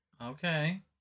Okay